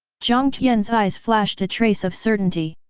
jiang tian's eyes flashed a trace of certainty.